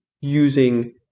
using